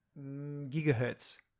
gigahertz